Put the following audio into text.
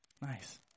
Nice